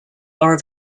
are